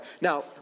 Now